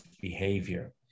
behavior